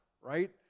right